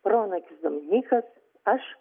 proanūkis dominykas aš